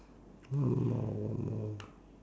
one more one more